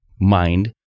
mind